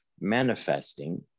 manifesting